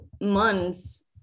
months